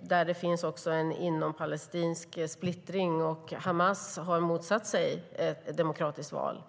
Det finns också en inompalestinsk splittring. Hamas har motsatt sig ett demokratiskt val.